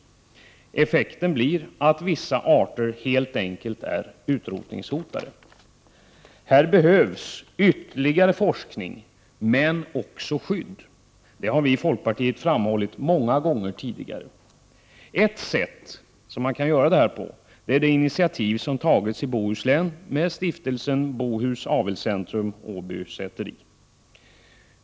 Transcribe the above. Effekten blir att vissa arter helt enkelt är utrotningshotade. Här behövs ytterligare forskning, men också skydd — det har vi i folkpartiet framhållit många gånger tidigare. Ett sätt att göra detta är det initiativ som tagits av Stiftelsen Bohus Avelscentrum — Åby säteri.